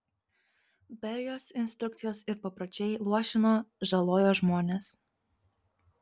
berijos instrukcijos ir papročiai luošino žalojo žmones